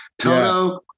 Toto